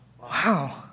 Wow